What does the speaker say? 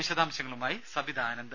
വിശദാംശങ്ങളുമായി സബിത ആനന്ദ്